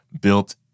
built